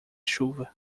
chuva